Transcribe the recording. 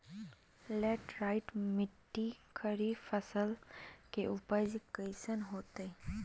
Laterite मिट्टी खरीफ फसल के उपज कईसन हतय?